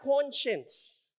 conscience